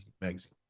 magazine